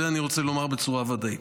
זה אני רוצה לומר בצורה ודאית.